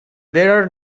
there